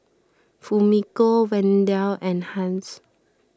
Fumiko Wendell and Hans